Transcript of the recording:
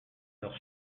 leurs